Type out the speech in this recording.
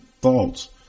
thoughts